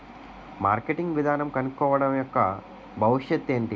Marketing విధానం కనుక్కోవడం యెక్క భవిష్యత్ ఏంటి?